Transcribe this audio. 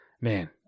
Man